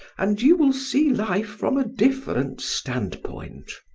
and you will see life from a different standpoint.